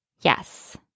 Yes